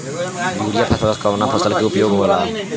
Urea phosphorus कवना फ़सल में उपयोग होला?